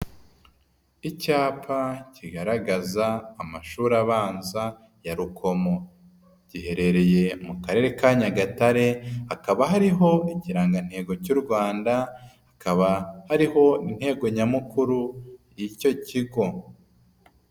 Icyapa kigaragaza amashuri abanza ya Rukomo. Giherereye mu karere ka Nyagatare, hakaba hariho ikirangantego cy'u Rwanda, hakaba hariho n'intego nyamukuru y'icyo kigo.